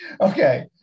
Okay